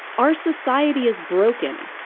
our society is broken.